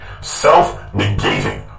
self-negating